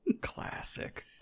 classic